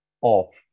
off